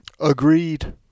Agreed